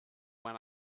when